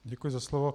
Děkuji za slovo.